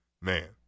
Man